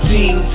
Team